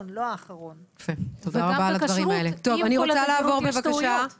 כמו חברת הכנסת סטרוק גם